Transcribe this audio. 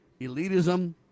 elitism